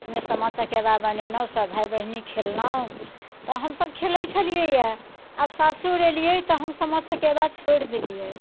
ओइमे सामा चकेवा बनेलहुँ सब भाय बहिनी खेललहुँ तऽ हमसब खेलै छलिए अइ आब सासुर अयलिये तऽ हम सामा चकेवा छोड़ि देलिये